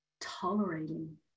tolerating